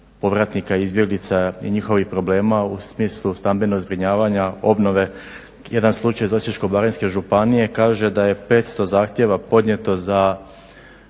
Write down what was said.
povratnika, izbjeglica i njihovih problema u smislu stambenog zbrinjavanja, obnove. Jedan slučaj iz Osječko-baranjske županije kaže da je 500 zahtjeva podnijeto za